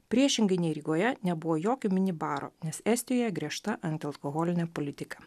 priešingai nei rygoje nebuvo jokio mini baro nes estijoje griežta antialkoholinė politika